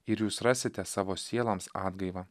ir jūs rasite savo sieloms atgaivą